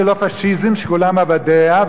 זה לא פאשיזם שכולם עבדיה,